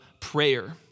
prayer